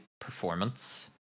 performance